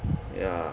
ya